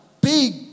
big